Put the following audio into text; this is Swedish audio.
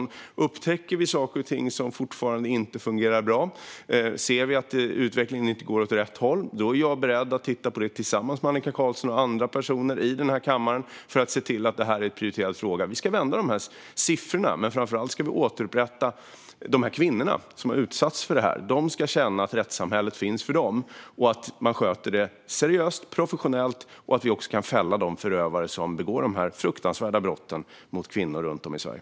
Om vi upptäcker saker och ting som fortfarande inte fungerar bra och om vi ser att utvecklingen inte går åt rätt håll är jag beredd att titta på det tillsammans med Annika Qarlsson och andra personer i denna kammare för att se till att detta är en prioriterad fråga. Vi ska vända dessa siffror, men framför allt ska vi återupprätta de kvinnor som har utsatts för detta. De ska känna att rättssamhället finns för dem, att man sköter det seriöst och professionellt och att vi kan fälla de förövare som begår dessa fruktansvärda brott mot kvinnor runt om i Sverige.